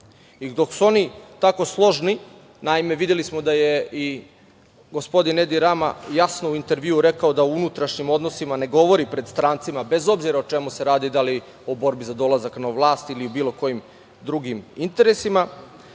su oni tako složni, naime, videli smo da je i gospodin Edi Rama jasno u intervjuu rekao da u unutrašnjim odnosima ne govori pred strancima, bez obzira o čemu se radi, da li o borbi za dolazak na vlast ili bilo kojim drugim interesima,